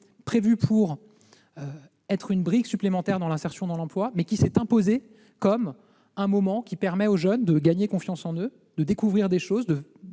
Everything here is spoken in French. conçu comme une brique supplémentaire de l'insertion dans l'emploi, mais il s'est imposé comme un moment permettant aux jeunes de prendre confiance en eux, de découvrir des choses, de